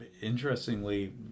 interestingly